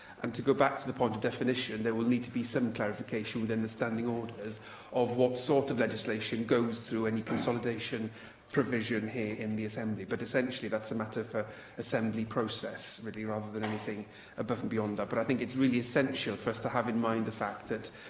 um to go back to the point of definition, there will need to be some clarification within the standing orders of what sort of legislation goes through any consolidation provision here in the assembly. but essentially, that's a matter for assembly process, really, rather than anything above and beyond that, but i think it's really essential for us to have in mind the fact that